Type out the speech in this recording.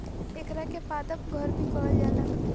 एकरा के पादप घर भी कहल जाला